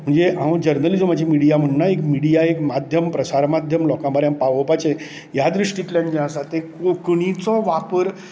म्हणजे हांव जर्नलिजमाची मिडीया एक मिडीया एक माध्यम प्रसार माध्यम लोकां मेरेन पावोवपाचें ह्या दृश्टींतल्यान जे आसा कोंकणीचो वापर